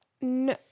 no